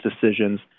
decisions